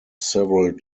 several